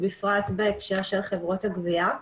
ובפרט בהקשר של חברות הגבייה.